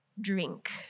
drink